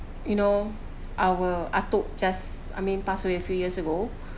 you know our datuk just I mean passed away a few years ago